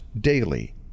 daily